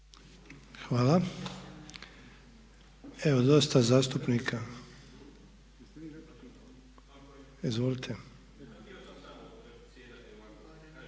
Hvala. Evo dosta zastupnikia. Izvolite.